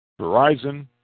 Verizon